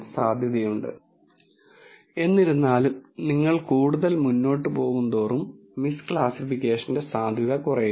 ഈ അനുമാന മൂല്യനിർണ്ണയ ചക്രം ഉപയോഗിച്ച് നിങ്ങൾക്ക് ദൃശ്യപരമായി കാണാൻ കഴിയാത്തത് എങ്ങനെ കാണാൻ കഴിഞ്ഞുവെന്ന് ഇപ്പോൾ ശ്രദ്ധിക്കുക